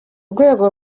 rwego